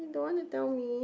don't want to tell me